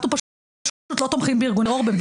אנחנו במדינה פשוט לא תומכים בארגוני טרור.